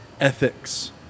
ethics